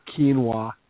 Quinoa